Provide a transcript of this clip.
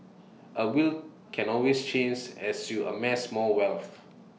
A will can always change as you amass more wealth